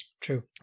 True